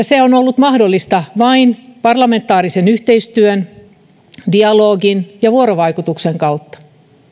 se on ollut mahdollista vain parlamentaarisen yhteistyön dialogin ja vuorovaikutuksen kautta